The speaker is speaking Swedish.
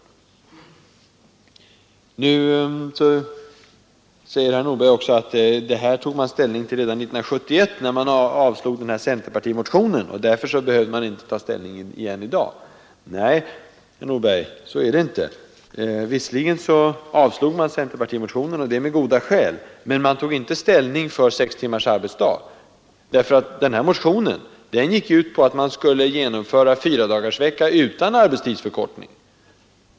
Nu säger herr Nordberg att man tog ställning till detta redan 1971 när man avslog centerpartimotionen. Därför skulle riksdagen inte i dag återigen behöva uttala sig. Nej, herr Nordberg, så är det inte. Visserligen avslogs centerpartimotionen, och det med goda skäl, men riksdagen tog inte ställning för sex timmars arbetsdag. I den motionen krävdes nämligen att fyradagarsvecka skulle genomföras utan arbetstidsförkortning.